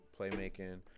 playmaking